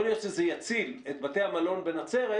יכול להיות שזה יציל את בתי המלון בנצרת,